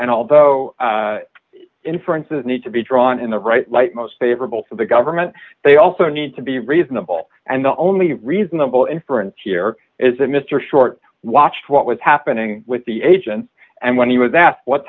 and although inferences need to be drawn in the right light most favorable to the government they also need to be reasonable and the only reasonable inference here is that mr short watched what was happening with the agents and when he was asked what